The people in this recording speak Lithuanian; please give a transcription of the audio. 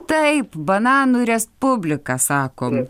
taip bananų respublika sakom